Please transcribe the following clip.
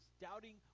doubting